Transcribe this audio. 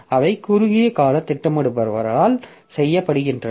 அவை குறுகிய கால திட்டமிடுபவரால் செய்யப்படுகின்றன